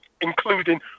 including